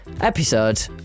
episode